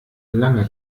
lange